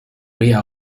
vía